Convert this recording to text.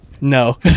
no